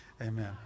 amen